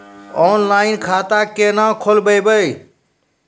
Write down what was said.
Online खाता केना खोलभैबै?